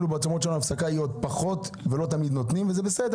בימי הצום שלנו ההפסקה היא קצרה ולא תמיד נותנים אותה וזה בסדר.